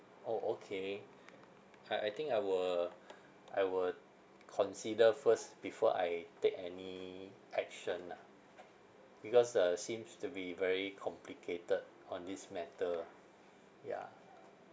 orh okay I I think I will I would consider first before I take any action lah because uh seems to be very complicated on this matter ah yeah